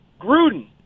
Gruden